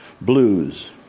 Blues